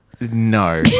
No